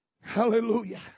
Hallelujah